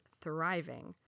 thriving